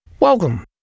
Welcome